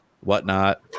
whatnot